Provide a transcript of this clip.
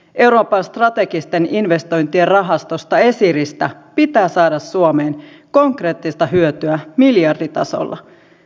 euroopan strategisten investointien rahastosta esiristä pitää saada suomeen konkreettista hyötyä miljarditasolla